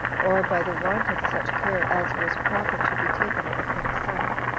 or by the want of such care as was proper to be taken of a king's son,